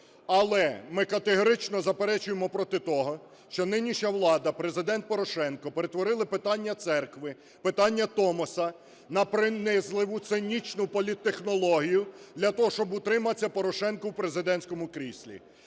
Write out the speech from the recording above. Але ми категорично заперечуємо проти того, що нинішня влада, Президент Порошенко перетворили питання церкви, питання Томосу на принизливу, цинічну політтехнологію для того, щоб утриматися Порошенку в президентському кріслі.